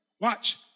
Watch